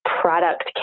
product